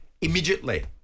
immediately